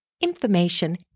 information